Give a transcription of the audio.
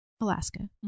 Alaska